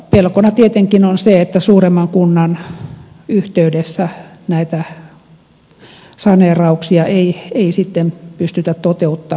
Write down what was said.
pelkona tietenkin on se että suuremman kunnan yhteydessä näitä saneerauksia ei sitten pystytä toteuttamaan